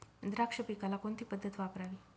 द्राक्ष पिकाला कोणती पद्धत वापरावी?